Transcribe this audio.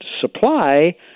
supply